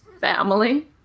family